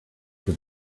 for